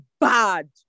bad